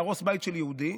להרוס בית של יהודי,